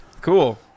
cool